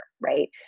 right